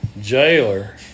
jailer